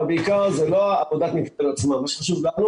העיקר זה לא עבודת הניקיון, אלא מה שחשוב לנו